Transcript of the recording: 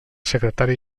secretari